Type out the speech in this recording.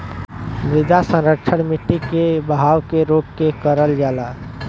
मृदा संरक्षण मट्टी के बहाव के रोक के करल जाला